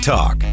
Talk